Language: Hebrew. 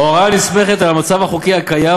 ההוראה נסמכת על המצב החוקי הקיים,